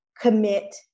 commit